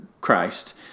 Christ